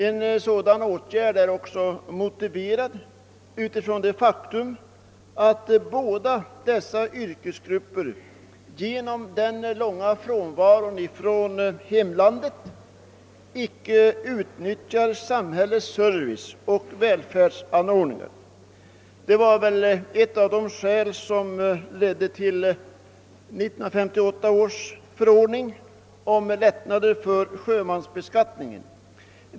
En sådan åtgärd är också motiverad av att dessa båda yrkesgrupper genom den långa frånvaron från hemlandet icke utnyttjar samhällets service och väl färdsanordningar. Detta var väl ett av skälen till 1958 års förordning om lättnader i sjömansbeskattningen.